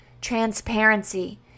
transparency